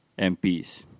MPs